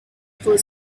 for